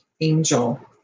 angel